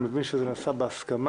אני מבין שזה נעשה בהסכמה.